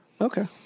Okay